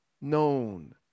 known